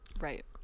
Right